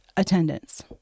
attendance